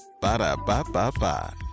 Ba-da-ba-ba-ba